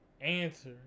answer